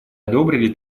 одобрили